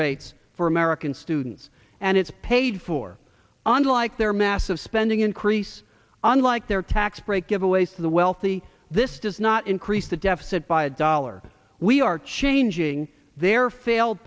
rates for american students and it's paid for unlike their massive spending increase unlike their tax break giveaways to the wealthy this does not increase the deficit by a dollar we are changing their failed